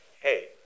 hey